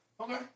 Okay